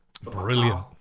brilliant